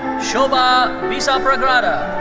shobha vissapragada.